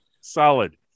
Solid